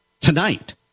tonight